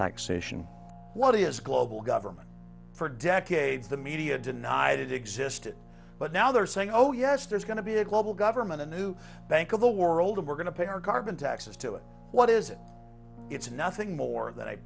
is global government for decades the media denied it existed but now they're saying oh yes there's going to be a global government a new bank of the world and we're going to pay our carbon taxes to it what is it it's nothing more tha